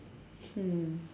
hmm